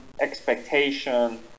expectation